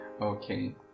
Okay